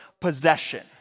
possession